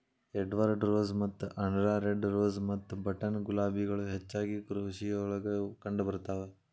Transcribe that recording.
Edward rose ಮತ್ತ ಆಂಡ್ರಾ red rose ಮತ್ತ ಬಟನ್ ಗುಲಾಬಿಗಳು ಹೆಚ್ಚಾಗಿ ಕೃಷಿಯೊಳಗ ಕಂಡಬರ್ತಾವ